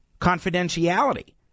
confidentiality